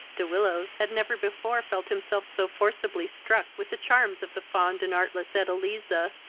de willows had never before felt himself so forcibly struck with the charms of the fond and artless edeliza,